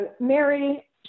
Mary